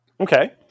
Okay